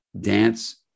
dance